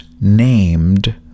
named